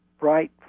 right